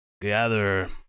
Gather